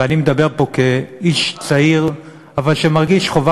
ואני מדבר פה כאיש צעיר אבל כזה שמרגיש חובה